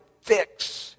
fix